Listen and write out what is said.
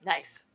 Nice